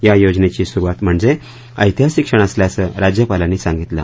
या योजनेची सुरुवात म्हणजे ऐतिहासिक क्षण असल्याचं राज्यपालांनी सांगितलं